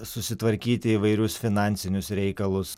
susitvarkyti įvairius finansinius reikalus